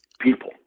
people